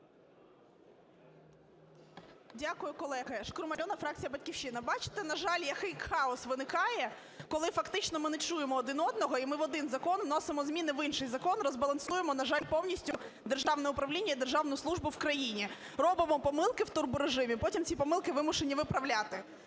Дякую, колеги. Шкрум Альона, фракція "Батьківщина". Бачите, на жаль, який хаос виникає, коли фактично ми не чуємо один одного, і ми в один закон вносимо зміни, в інший закон, розбалансуємо, на жаль, повністю державне управління і державну службу в країні. Робимо помилки в турборежимі, потім ці помилки вимушені виправляти.